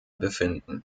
befinden